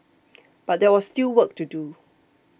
but there was still work to do